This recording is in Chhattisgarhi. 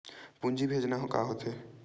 पूंजी भेजना का होथे?